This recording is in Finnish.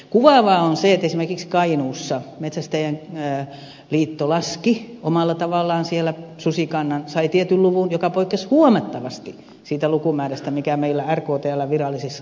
kuvaavaa on se että esimerkiksi kainuussa metsästäjäliitto laski omalla tavallaan siellä susikannan sai tietyn luvun joka poikkesi huomattavasti siitä lukumäärästä mikä meillä rktln virallisissa laskelmissa on